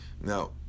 Now